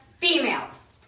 Females